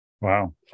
Wow